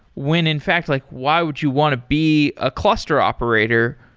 when in fact like why would you want to be a cluster operator.